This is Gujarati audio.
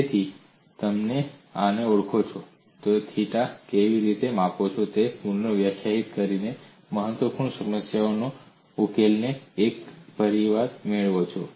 તેથી જો તમે આને ઓળખો છો તો તમે થીટા ને કેવી રીતે માપો છો તે પુનઃવ્યાખ્યાયિત કરીને મહત્વપૂર્ણ સમસ્યાઓ માટે ઉકેલોનો એક પરિવાર મેળવો છો